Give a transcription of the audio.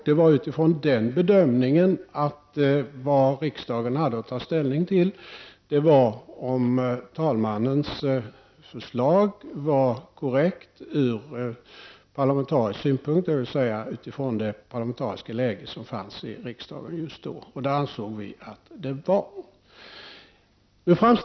Det gjordes utifrån den bedömningen att vad riksdagen hade att ta ställning till var om talmannens förslag var korrekt ur parlamentarisk synpunkt, dvs. utifrån det parlamentariska läge som fanns i riksdagen just då. Det ansåg vi att det var.